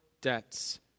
debts